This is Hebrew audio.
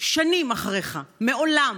שנים אחריך, מעולם.